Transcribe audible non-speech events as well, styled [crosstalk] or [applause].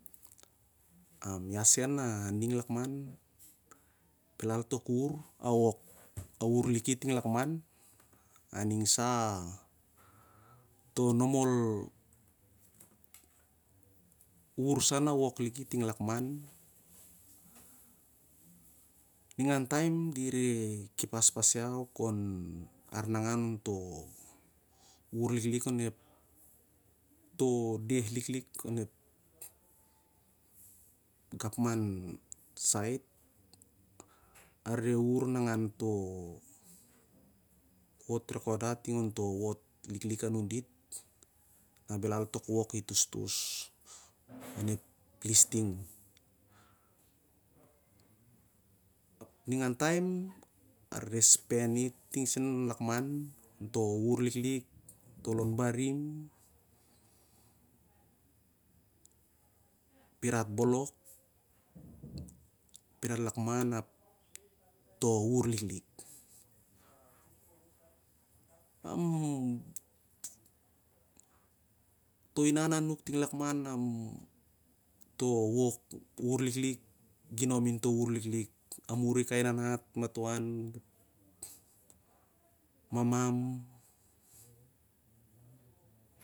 Am ia san a ning lakman belal tok ur a wok a uhur liki ting lakman a ning sa a to nomol ur sa na wok liki ting lakman ningan taem di re kipas [unintelligible] iau kon arnangan on to uhr liklik nun ep to deh liklik onep gapman sait a re ur nanagan to wod recoda ting on to wot liklik a nun dit na belal tok wok i tostos [noise] onep listing ap ningan taem a rere spent i ting sen an lakman on to ur liklik to lon barim pirat bolok pirat rat lakman ap to uhr liklik [unintelligible] to inan a nuk ting lakman to wok uhr liklik ginom in to uhr liklik muri kai nanat mato an maman